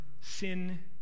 sin